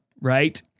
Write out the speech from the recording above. right